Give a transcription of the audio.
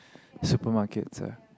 supermarkets ah